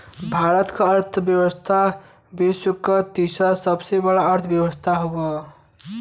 भारत क अर्थव्यवस्था विश्व क तीसरा सबसे बड़ा अर्थव्यवस्था हउवे